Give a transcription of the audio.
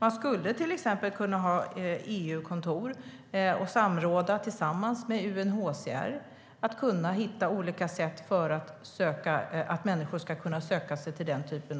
Det skulle till exempel kunna finnas EU-kontor som kan samråda med UNHCR. Människor ska kunna söka sig på